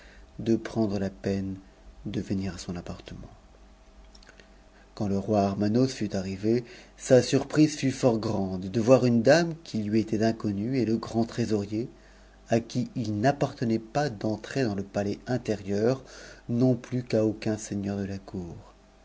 de prendre la peine de venir à son appartement quand le roi armanos fut arrivé sa surprise fut fort grande de voir une dame qui lui était inconnue et le grand trésorier à qui il n'appartenait pas d'entrer dans le palais intérieur non plus qu'à aucun seigneur de la cour